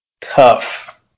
tough